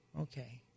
Okay